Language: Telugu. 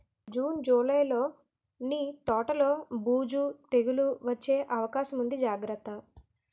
జూన్, జూలైలో నీ తోటలో బూజు, తెగులూ వచ్చే అవకాశముంది జాగ్రత్త